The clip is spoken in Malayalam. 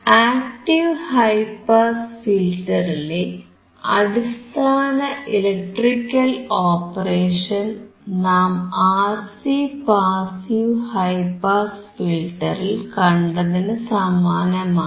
ആക്ടീവ് ഹൈ പാസ് ഫിൽറ്ററിലെ അടിസ്ഥാന ഇലക്ട്രിക്കൽ ഓപ്പറേഷൻ നാം ആർസി പാസീവ് ഹൈ പാസ് ഫിൽറ്ററിൽ കണ്ടതിനു സമാനമാണ്